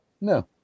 No